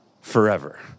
forever